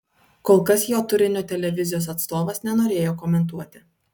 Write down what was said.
kol kas jo turinio televizijos atstovas nenorėjo komentuoti